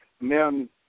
men